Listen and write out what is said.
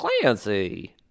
Clancy